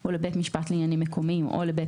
או לבית משפט לעניינים מקומיים או לבית